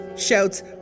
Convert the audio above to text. shouts